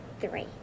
three